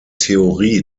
theorie